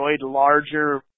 larger